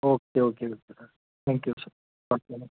O K okay okay thank you sir اسلامُ